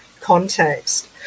context